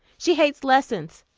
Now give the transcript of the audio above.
she hates lessons.